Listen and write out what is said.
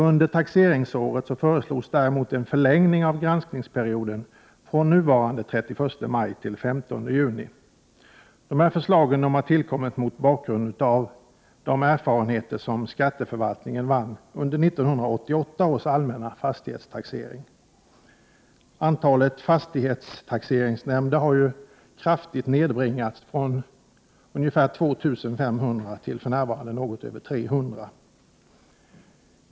Under taxeringsåret föreslås däremot en förlängning av granskningsperioden från nuvarande 31 maj till 15 juni. Förslagen har tillkommit mot bakgrund av de erfarenheter som skatteförvaltningen fick under 1988 års allmänna fastighetstaxering. Antalet fastighetstaxeringsnämnder har ju kraftigt nedbringats, från ungefär 2 500 till för närvarande något över 300.